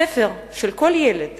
הספר של כל ילד